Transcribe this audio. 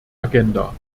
agenda